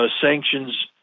sanctions